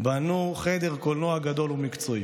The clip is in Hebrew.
בנו חדר קולנוע גדול ומקצועי.